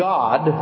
God